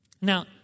Now